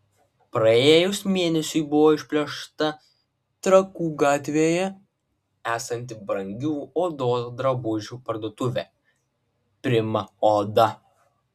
praėjus mėnesiui buvo išplėšta trakų gatvėje esanti brangių odos drabužių parduotuvė prima oda